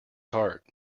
heart